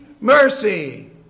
mercy